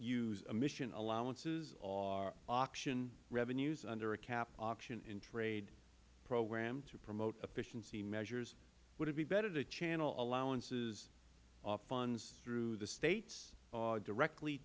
use emission allowances or auction revenues under a cap auction and trade program to promote efficiency measures would it be better to channel allowances or funds through the states or directly